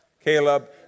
Caleb